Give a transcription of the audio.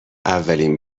اولین